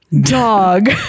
dog